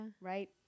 right